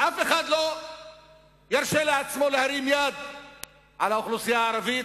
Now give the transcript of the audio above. שאף אחד לא ירשה לעצמו להרים יד על האוכלוסייה הערבית,